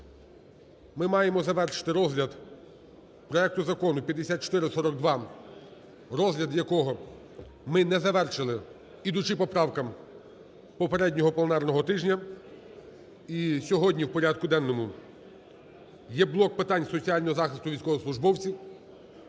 ми маємо завершити розгляд проекту Закону 5442, розгляд якого ми не завершили, йдучи по правках попереднього пленарного тижня. І сьогодні в порядку денному є блок питань соціального захисту військовослужбовців.